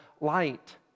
light